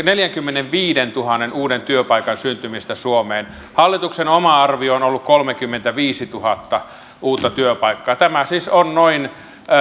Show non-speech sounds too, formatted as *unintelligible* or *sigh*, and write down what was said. *unintelligible* neljänkymmenenviidentuhannen uuden työpaikan syntymistä suomeen hallituksen oma arvio on ollut kolmekymmentäviisituhatta uutta työpaikkaa tämä siis on noin